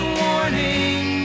warning